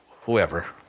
whoever